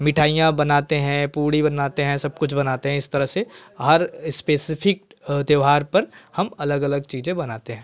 मिठाइयाँ बनाते हैं पूड़ी बनाते हैं सब कुछ बनाते हैं इस तरह से हर स्पेसिफिक त्यौहार पर हम अलग अलग चीज़ें बनाते हैं